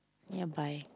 ya bye